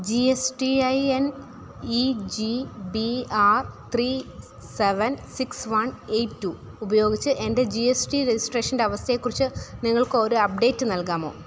G S T I N E G B R three seven six one eight two ഉപയോഗിച്ച് എൻ്റെ G S T രജിസ്ട്രേഷൻ്റെ അവസ്ഥയെക്കുറിച്ച് നിങ്ങൾക്ക് ഒരു അപ്ഡേറ്റ് നൽകാമോ